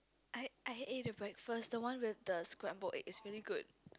I I had eat the breakfast the one with the scramble egg is very good